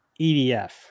EDF